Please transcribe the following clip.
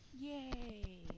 Yay